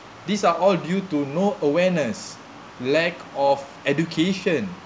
these are all due to no awareness lack of education